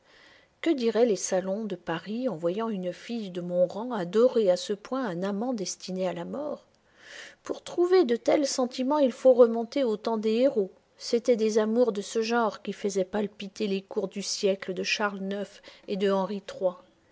que diraient les salons de paris en voyant une fille de mon rang adorer à ce point un amant destiné à la mort pour trouver de tels sentiments il faut remonter au temps des héros c'étaient des amours de ce genre qui faisaient palpiter les cours du siècle de charles ix et de henri